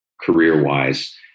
career-wise